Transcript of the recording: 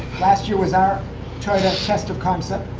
last year was our toyota test of concept.